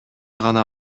гана